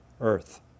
Earth